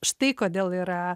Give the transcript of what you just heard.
štai kodėl yra